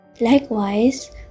Likewise